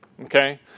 Okay